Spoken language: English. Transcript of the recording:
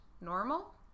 normal